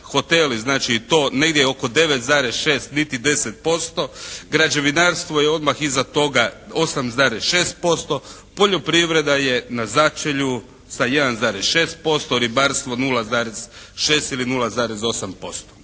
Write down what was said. znači to negdje oko 9,6, u biti 10%, građevinarstvo je odmah iza toga 8,6%, poljoprivreda je na začelju sa 1,6%, ribarstvo 0,6 ili 0,8%.